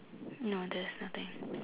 no there's nothing